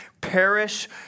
perish